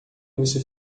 você